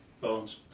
Bones